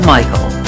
Michael